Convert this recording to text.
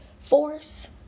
force